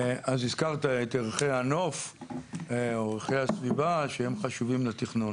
אז הזכרת את ערכי הנוף או ערכי הסביבה שהם חשובים לתכנון.